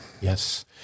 Yes